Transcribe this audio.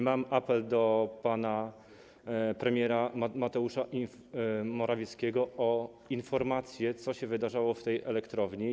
Mam apel do pana premiera Mateusza Morawieckiego o informację, co się wydarzało w elektrowni.